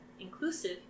inclusive